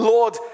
Lord